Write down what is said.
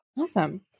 Awesome